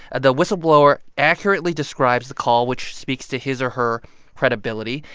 the whistleblower accurately describes the call, which speaks to his or her credibility.